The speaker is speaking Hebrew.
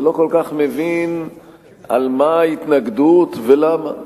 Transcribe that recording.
ולא כל כך מבין על מה ההתנגדות ולמה.